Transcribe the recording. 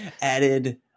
added